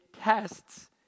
tests